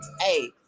Hey